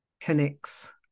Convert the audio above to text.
connects